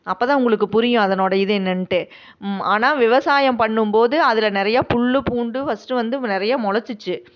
அப்போ தான் உங்களுக்கு புரியும் அதனோட இது என்னென்ட்டு மா ஆனால் விவசாயம் பண்ணும் போது அதில் நிறையா புல் பூண்டு ஃபர்ஸ்ட்டு வந்து நிறையா முளைச்சிச்சு